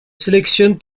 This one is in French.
sélectionne